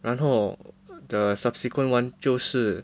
然后 the subsequent one 就是